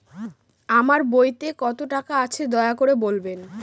আমার বইতে কত টাকা আছে দয়া করে বলবেন?